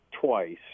twice